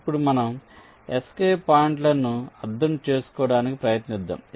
ఇప్పుడు మనం ఎస్కేప్ పాయింట్లను అర్థం చేసుకోవడానికి ప్రయత్నిద్దాం